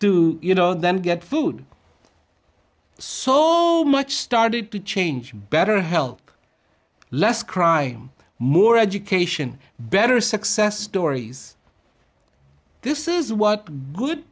do you know and then get food so much started to change better health less crime more education better success stories this is what good